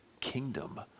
kingdom